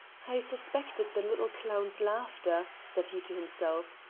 i suspected the little clown's laughter, said he to himself.